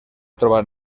trobar